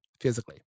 physically